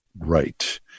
Right